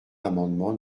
l’amendement